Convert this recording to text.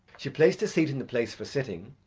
she placed a seat in the place for sitting,